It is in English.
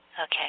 Okay